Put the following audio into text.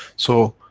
so,